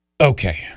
Okay